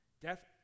death